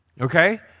Okay